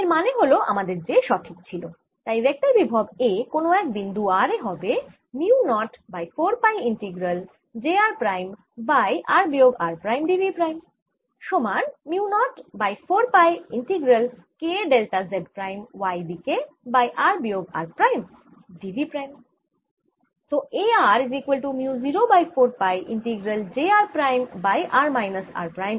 এর মানে হল আমাদের j সঠিক ছিল তাই ভেক্টর বিভব A কোন এক বিন্দু r এ হবে mu naught by 4 pi integral j r prime by r বিয়োগ r prime d v prime সমান mu naught by 4 pi integral K delta Z prime y দিকে বাই r বিয়োগ r prime d v prime